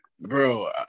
bro